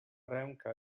ręka